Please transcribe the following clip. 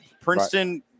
Princeton